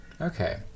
okay